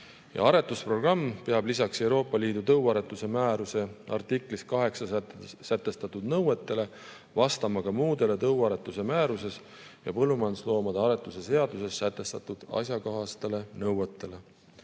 Aretusprogramm peab lisaks Euroopa Liidu tõuaretuse määruse artiklis 8 sätestatud nõuetele vastama ka muudele tõuaretuse määruses ja põllumajandusloomade aretuse seaduses sätestatud asjakohastele nõuetele.